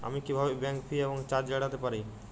আমি কিভাবে bank fee এবং চার্জ এড়াতে পারি?